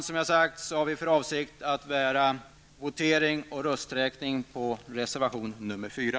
Som jag har sagt har vi för avsikt att begära votering och rösträkning beträffande reservation nr 4.